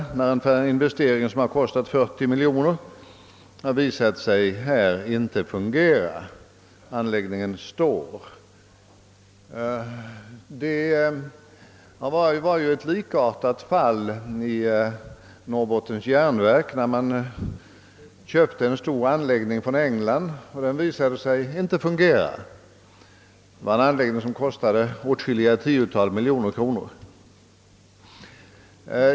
Man har gjort en ny investering på 40 miljoner kronor, men anläggningen fungerar inte. Den står stilla. Det inträffade emellertid ett likartat fall vid Norrbottens järnverk. Där köpte man en stor valsverksanläggning från England som kostade åtskilliga tiotal miljoner kronor, men inte heller den anläggningen fungerade.